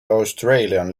australian